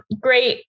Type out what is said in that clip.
great